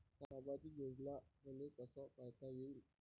सामाजिक योजना मले कसा पायता येईन?